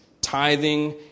tithing